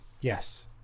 yes